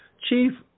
Chief